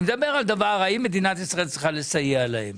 אני מדבר האם מדינת ישראל צריכה לסייע להם.